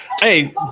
Hey